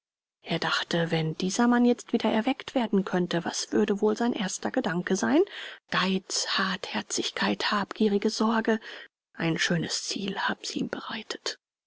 er dachte wenn dieser mann jetzt wieder erweckt werden könnte was würde wohl sein erster gedanke sein geiz hartherzigkeit habgierige sorge ein schönes ziel haben sie ihm bereitet